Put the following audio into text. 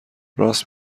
راست